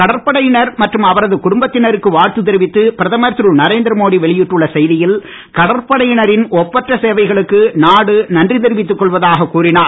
கடற்படையினர் மற்றும் அவரது குடும்பத்தினருக்கு வாழ்த்து தெரிவித்து பிரதமர் திரு நரேந்திரமோடி வெளியிட்டுள்ள செய்தியில் கடற்படையினரின் ஒப்பற்ற சேவைகளுக்கு நாடு நன்றி தெரிவித்துக் கொள்வதாக கூறினார்